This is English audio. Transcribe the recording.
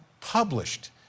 published